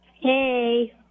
Hey